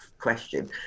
question